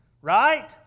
right